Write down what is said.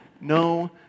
No